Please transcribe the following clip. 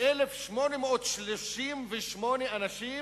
1,838 אנשים